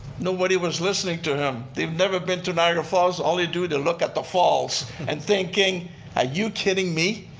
nobody was listening to him. they've never been to niagara falls. all they do, they'll look at the falls and thinking are ah you kidding me?